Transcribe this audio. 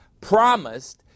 promised